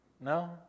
No